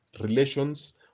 relations